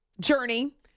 journey